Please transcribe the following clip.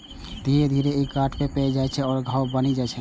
धीरे धीरे ई गांठ पैघ भए जाइ आ घाव बनि जाइ छै